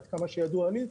עד כמה שידוע לי,